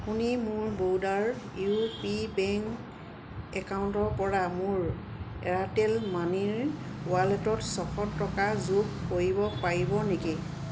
আপুনি মোৰ বোৰ্ডাৰ ইউ পি বেংক একাউণ্টৰ পৰা মোৰ এয়াৰটেল মানিৰ ৱালেটত ছশ টকা যোগ কৰিব পাৰিব নেকি